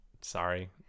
sorry